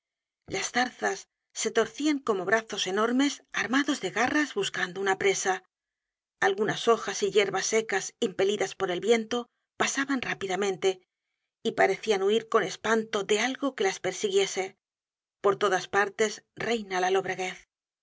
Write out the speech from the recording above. las zarzas se torcian como brazos enormes armados de garras buscando una presa algunas hojas y yerbas secas impelidas por el viento pasaban rápidamente y parecian huir con espanto de algo que las persiguiese por todas partes reinaba la